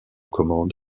commandes